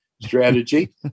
strategy